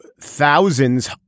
thousands